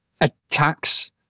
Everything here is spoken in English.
attacks